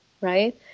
right